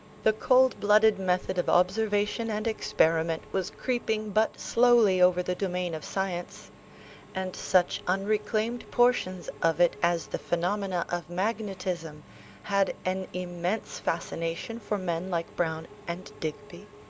the cold-blooded method of observation and experiment was creeping but slowly over the domain of science and such unreclaimed portions of it as the phenomena of magnetism had an immense fascination for men like browne and digby.